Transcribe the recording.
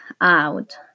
out